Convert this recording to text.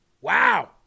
wow